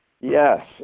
Yes